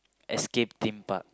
Escape-Theme-Park